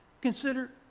consider